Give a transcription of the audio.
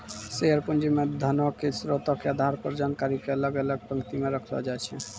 share पूंजी मे धनो के स्रोतो के आधार पर जानकारी के अलग अलग पंक्ति मे रखलो जाय छै